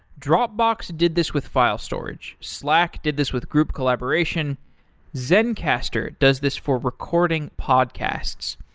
dropbox did this with file storage slack did this with group collaboration zencastr does this for recording podcasts.